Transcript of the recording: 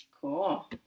Cool